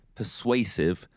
persuasive